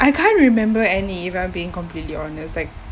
I can't remember any if I'm being completely honest like